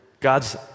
God's